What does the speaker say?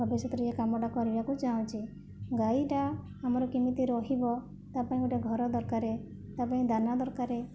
ଭବିଷ୍ୟତରେ ଏ କାମଟା କରିବାକୁ ଚାହୁଁଛି ଗାଈଟା ଆମର କେମିତି ରହିବ ତା'ପାଇଁ ଗୋଟେ ଘର ଦରକାର ତା'ପାଇଁ ଦାନା ଦରକାର